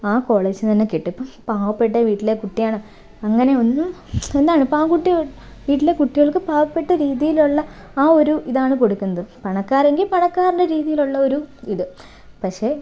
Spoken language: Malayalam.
ആ കോളേജിൽ നിന്ന് തന്നെ കിട്ടും ഇപ്പം പാവപ്പെട്ട വീട്ടിലെ കുട്ടിയാണ് അങ്ങനെ ഒന്നും എന്താണ് പാവം കുട്ടി വീട്ടിലെ കുട്ടികൾക്ക് പാവപ്പെട്ട രീതിയിലുള്ള ആ ഒരു ഇതാണ് കൊടുക്കുന്നത് പണക്കാരെങ്കിൽ പണക്കാരുടെ രീതിയിലുള്ള ഒരു ഇത് പക്ഷേ